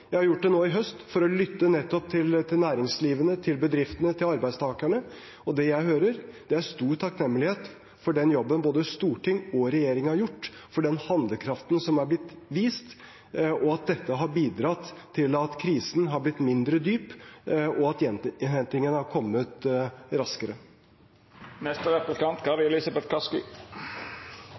jeg har gjort det nå i høst – for å lytte til næringslivet, til bedriftene og til arbeidstakerne. Det jeg hører, er stor takknemlighet for den jobben både Stortinget og regjeringen har gjort, for den handlekraften som er blitt vist, og at dette har bidratt til at krisen har blitt mindre dyp, og at gjeninnhentingen har kommet